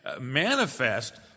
manifest